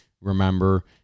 remember